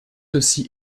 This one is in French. aussi